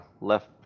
left